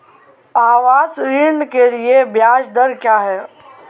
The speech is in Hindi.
आवास ऋण के लिए ब्याज दर क्या हैं?